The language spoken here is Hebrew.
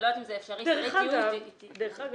לא יודעת אם זה אפשרי --- דרך אגב,